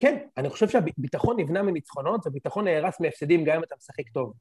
כן, אני חושב שהביטחון נבנה מנצחונות וביטחון נהרס מהפסדים גם אם אתה משחק טוב.